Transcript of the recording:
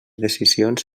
decisions